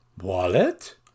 Wallet